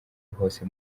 hose